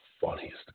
funniest